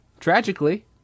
Tragically